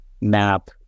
map